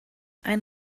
ein